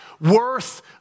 worth